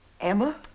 Emma